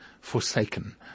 forsaken